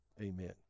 amen